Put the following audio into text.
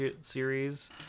series